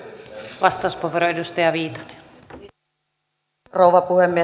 arvoisa rouva puhemies